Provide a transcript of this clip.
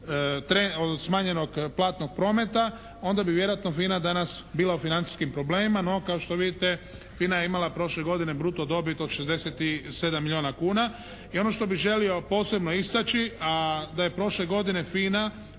smanjenog platnog prometa onda bi vjerojatno FINA danas bila u financijskim problemima, no kao što vidite FINA je imala prošle godine bruto dobit od 67 milijuna kuna. I ono što bih želio posebno istaći, da je prošle godine FINA